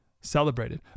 celebrated